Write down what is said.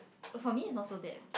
oh for me it's not so bad